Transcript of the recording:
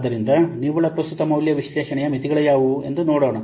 ಆದ್ದರಿಂದ ನಿವ್ವಳ ಪ್ರಸ್ತುತ ಮೌಲ್ಯ ವಿಶ್ಲೇಷಣೆಯ ಮಿತಿಗಳು ಯಾವುವು ಎಂದು ನೋಡೋಣ